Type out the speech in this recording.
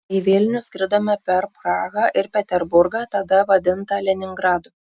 į vilnių skridome per prahą ir peterburgą tada vadintą leningradu